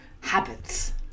habits